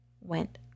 went